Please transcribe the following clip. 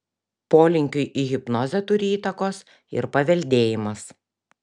polinkiui į hipnozę turi įtakos ir paveldėjimas